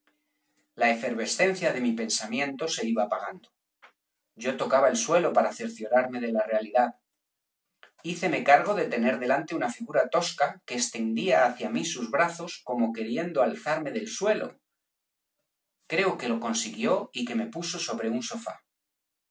la efervescencia de mi pensamiento se iba apagando yo tocaba el suelo para cerciorarme de la realidad híceme cargo de tener delante una figura tosca que extendía hacia mí sus brazos como queriendo alzarme del suelo creo que lo consiguió y que me puso sobre un sofá